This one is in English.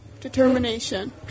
determination